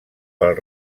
pel